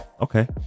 okay